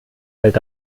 fällt